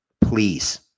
Please